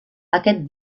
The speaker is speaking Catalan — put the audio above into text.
aquest